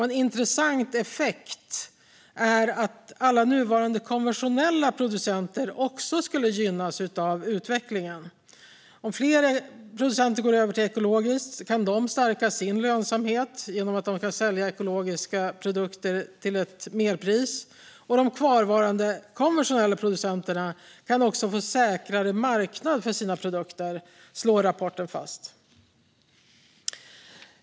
En intressant effekt är att alla nuvarande konventionella producenter också skulle gynnas av utvecklingen. Om fler producenter går över till ekologiskt kan de stärka sin lönsamhet genom att de kan sälja ekologiska produkter till ett merpris. De kvarvarande konventionella producenterna kan också få en säkrare marknad för sina produkter, slår rapporten fast. Fru talman!